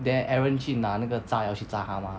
then eren 去拿那个炸药去炸他 mah